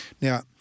Now